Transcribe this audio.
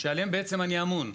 שעליהם אני אמון,